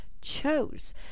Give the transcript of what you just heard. chose